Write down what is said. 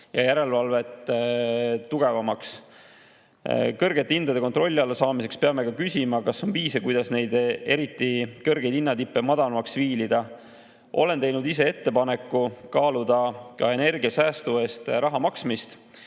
ja järelevalve tugevamaks. Kõrgete hindade kontrolli alla saamiseks peame ka küsima, kas on viise, kuidas neid eriti kõrgeid hinnatippe madalamaks viilida. Olen teinud ise ettepaneku kaaluda ka energiasäästu eest raha maksmist